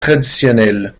traditionnelle